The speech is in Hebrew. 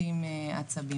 יש אחריות רבה עלינו.